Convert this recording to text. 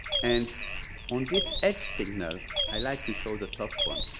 and on this edge signal, i like to show the top one.